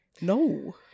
No